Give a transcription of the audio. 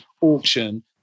auction